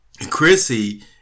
Chrissy